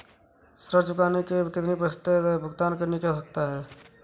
ऋण चुकाने के लिए कितना प्रतिशत भुगतान करने की आवश्यकता है?